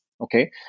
okay